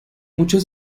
muchos